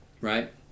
Right